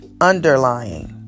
underlying